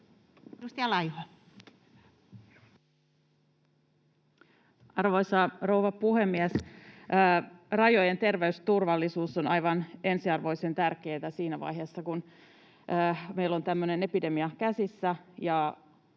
Arvoisa rouva puhemies! Rajojen terveysturvallisuus on aivan ensiarvoisen tärkeää siinä vaiheessa, kun meillä on tämmöinen epidemia käsissämme.